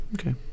Okay